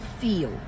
feel